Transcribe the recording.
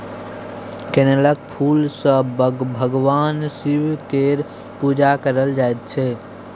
कनेलक फुल सँ भगबान शिब केर पुजा कएल जाइत छै